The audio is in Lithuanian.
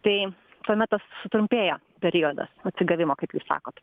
tai tuomet tas sutrumpėja periodas atsigavimo kaip jūs sakot